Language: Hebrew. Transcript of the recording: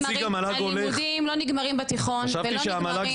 הלימודים לא נגמרים בתיכון ולא נגמרים --- חשבתי שהמועצה